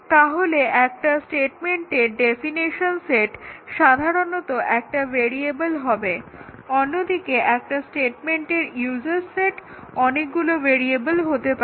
তাহলে একটা স্টেটমেন্টের ডেফিনেশন সেট সাধারণত একটা ভেরিয়েবল হবে অন্যদিকে একটা স্টেটমেন্ট S এর ইউজেস সেট অনেকগুলো ভেরিয়েবল হতে পারে